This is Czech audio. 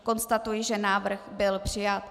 Konstatuji, že návrh byl přijat.